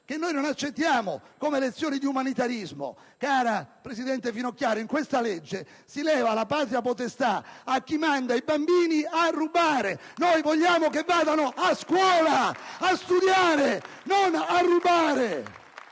che noi non accettiamo come lezione di umanitarismo, cara presidente Finocchiaro. In questa legge si leva la patria potestà a chi manda i bambini a rubare; noi vogliamo che vadano a scuola a studiare, non a rubare!